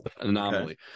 anomaly